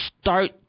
start